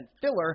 filler